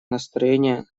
настроение